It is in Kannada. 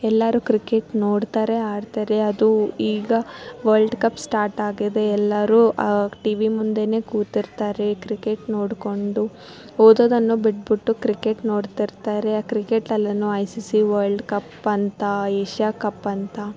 ಎಲ್ಲರೂ ಕ್ರಿಕೆಟ್ ನೋಡ್ತಾರೆ ಆಡ್ತಾರೆ ಅದು ಈಗ ವಲ್ಡ್ ಕಪ್ ಸ್ಟಾಟಾಗಿದೆ ಎಲ್ಲರೂ ಟಿವಿ ಮುಂದೆಯೇ ಕೂತಿರ್ತಾರೆ ಕ್ರಿಕೆಟ್ ನೋಡಿಕೊಂಡು ಓದೋದನ್ನು ಬಿಟ್ಬಿಟ್ಟು ಕ್ರಿಕೆಟ್ ನೋಡ್ತಿರ್ತಾರೆ ಆ ಕ್ರಿಕೆಟಲ್ಲೂ I C C world cup ಅಂತ ಏಷ್ಯಾ ಕಪ್ ಅಂತ